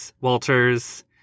Walters